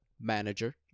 manager